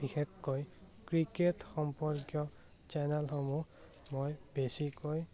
বিশেষকৈ ক্ৰিকেট সম্পৰ্কীয় চেনেলসমূহ মই বেছিকৈ